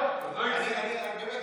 אני אלך לבדוק.